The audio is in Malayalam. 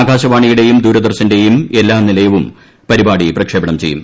ആകാശവാണിയുടെയും ദൂരദർശന്റയും എല്ലാ നിലയവും പരിപാടി പ്രക്ഷേപണം ചെയ്യും